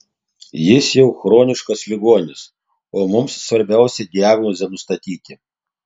jis jau chroniškas ligonis o mums svarbiausia diagnozę nustatyti